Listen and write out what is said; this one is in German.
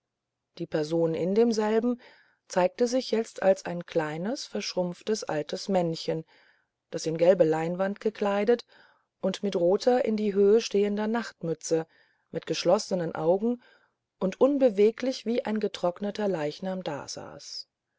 die person in demselben zeigte sich jetzt als ein kleines verschrumpftes altes männchen das in gelbe leinwand gekleidet und mit roter in der höhe stehender nachtmütze mit geschlossenen augen und unbeweglich wie ein getrockneter leichnam dasaß